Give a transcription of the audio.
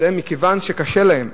כיוון שקשה להם,